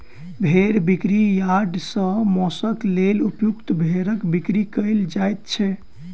भेंड़ बिक्री यार्ड सॅ मौंसक लेल उपयुक्त भेंड़क बिक्री कयल जाइत छै